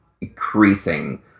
increasing